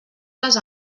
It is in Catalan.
les